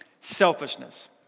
selfishness